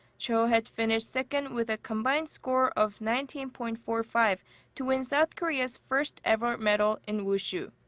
cho had finished second with a combined score of nineteen point four five to win south korea's first ever medal in wushu.